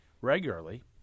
regularly